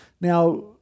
Now